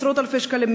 עשרות-אלפי שקלים,